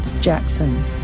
Jackson